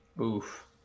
Oof